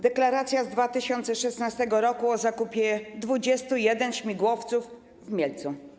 Deklaracja z 2016 r. o zakupie 21 śmigłowców w Mielcu.